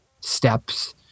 steps